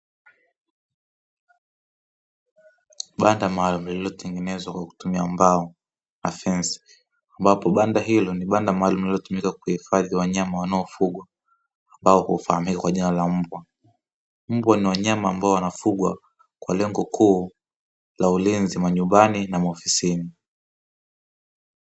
Banda maaalumu lililotengenezwa kwa kukutumia mbao na fensi, ambapo banda hilo ni banda maalumu linalotumika kuhifadhi wanyama hufungwa ambao wanafahamika kwa jina la mbwa, mbwa ni wanyama wanaofugwa kwa lengo kuu la ulinzi majumbani na maofisini.